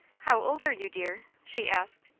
how old are you, dear? she asked.